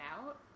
out